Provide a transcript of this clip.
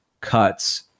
cuts